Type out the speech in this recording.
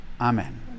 Amen